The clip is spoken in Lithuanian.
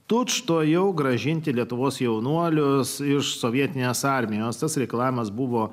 tučtuojau grąžinti lietuvos jaunuolius iš sovietinės armijos tas reikalavimas buvo